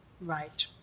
right